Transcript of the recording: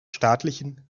staatlichen